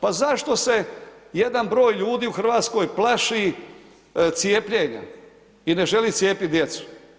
Pa zašto se jedan broj ljudi u Hrvatskoj plaši cijepljenja i ne želi cijepit djecu?